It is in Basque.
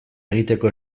egiteko